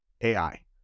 AI